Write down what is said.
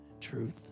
truth